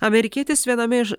amerikietis viename iš